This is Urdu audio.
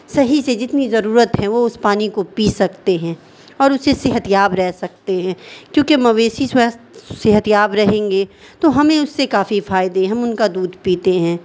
صحیح سے جتنی ضرورت ہے وہ اس پانی کو پی سکتے ہیں اور اسے صحتیاب رہ سکتے ہیں کیونکہ مویشی سوستھ صحتیاب رہیں گے تو ہمیں اس سے کافی فائدے ہیں ہم ان کا دودھ پیتے ہیں